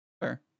Fair